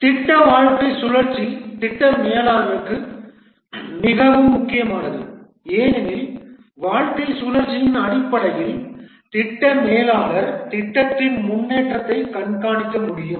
திட்ட வாழ்க்கைச் சுழற்சி திட்ட மேலாளருக்கு மிகவும் முக்கியமானது ஏனெனில் வாழ்க்கைச் சுழற்சியின் அடிப்படையில் திட்ட மேலாளர் திட்டத்தின் முன்னேற்றத்தைக் கண்காணிக்க முடியும்